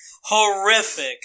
horrific